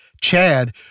Chad